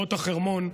למבואות החרמון,